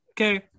okay